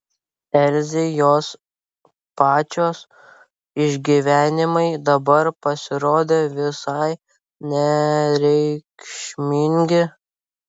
elzei jos pačios išgyvenimai dabar pasirodė visai nereikšmingi